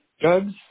Drugs